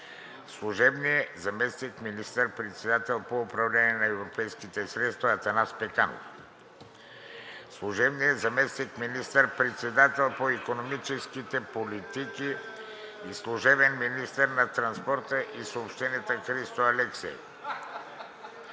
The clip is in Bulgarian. служебният заместник министър-председател по управлението на европейските средства Атанас Пеканов; служебният заместник министър-председател по икономическите политики и служебен министър на транспорта и съобщенията Христо Алексиев;